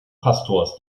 pastors